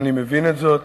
אני מבין את זאת.